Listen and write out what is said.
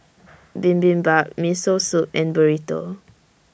Bibimbap Miso Soup and Burrito